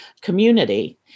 community